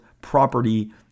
property